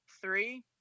three